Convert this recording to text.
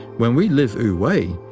when we live wu-wei,